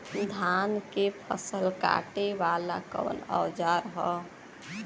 धान के फसल कांटे वाला कवन औजार ह?